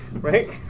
right